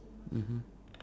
mmhmm